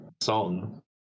song